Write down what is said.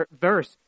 verse